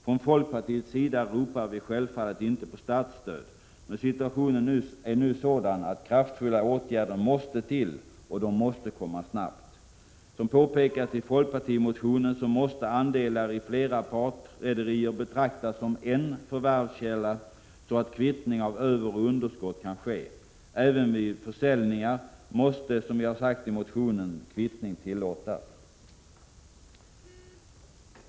Från folkpartiets sida ropar vi självfallet inte på statsstöd, men situationen är nu sådan att kraftfulla åtgärder måste till, och de måste komma snabbt. Som påpekats i folkpartimotionen, måste andelar i flera partrederier betraktas som en förvärvskälla, så att kvittning av överoch underskott kan ske. Även vid försäljningar måste, som vi har sagt i motionen, kvittning tillåtas.